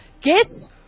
Guess